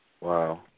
Wow